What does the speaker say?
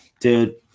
dude